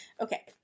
Okay